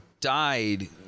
died